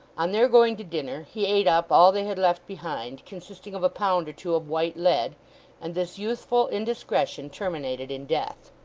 on their going to dinner, he ate up all they had left behind, consisting of a pound or two of white lead and this youthful indiscretion terminated in death.